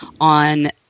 on